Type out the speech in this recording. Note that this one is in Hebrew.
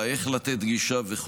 איך לתת גישה וכו'